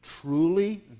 truly